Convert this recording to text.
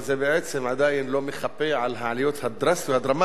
בעצם זה עדיין לא מחפה על העליות הדרסטיות,